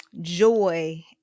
joy